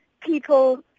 people